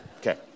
Okay